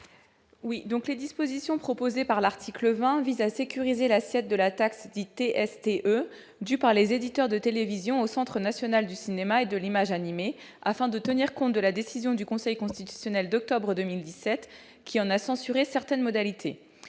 Mme Christine Lavarde. L'article 20 vise à sécuriser l'assiette de la taxe dite TST-E, due par les éditeurs de télévision au Centre national du cinéma et de l'image animée, le CNC, afin de tenir compte de la décision du Conseil constitutionnel d'octobre 2017 qui en a censuré certaines modalités.